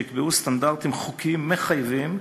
שיקבעו סטנדרטים חוקיים מחייבים